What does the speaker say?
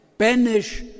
banish